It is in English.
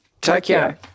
Tokyo